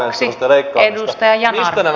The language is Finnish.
mistä nämä